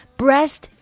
breast